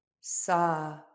sa